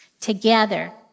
Together